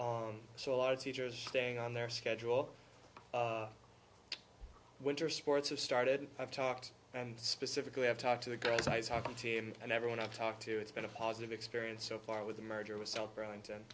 on so a lot of teachers staying on their schedule winter sports have started i've talked and specifically i've talked to the girl's ice hockey team and everyone i've talked to it's been a positive experience so far with the merger with south burlington